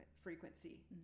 frequency